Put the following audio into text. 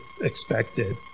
expected